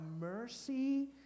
mercy